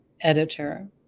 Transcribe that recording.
editor